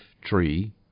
tree